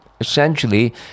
essentially